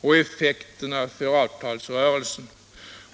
och effekterna för avtalsrörelsen.